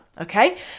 okay